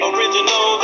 Original